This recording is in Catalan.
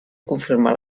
confirmar